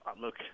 Look